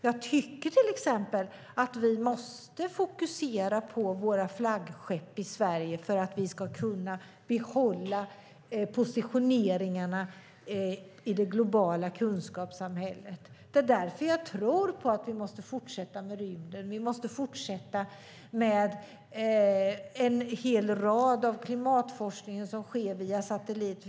Jag tycker till exempel att vi måste fokusera på våra flaggskepp i Sverige för att vi ska kunna behålla positioneringarna i det globala kunskapssamhället. Det är därför jag tror på att vi måste fortsätta med rymden, att vi måste fortsätta med mycket av klimatforskningen som sker via satellit.